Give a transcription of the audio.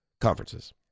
conferences